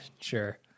sure